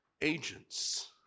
agents